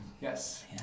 Yes